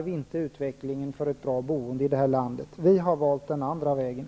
Vi i Centern har valt den andra vägen.